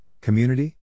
community